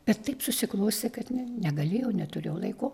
bet taip susiklostė kad negalėjau neturėjau laiko